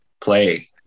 play